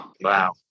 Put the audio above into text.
Wow